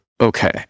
Okay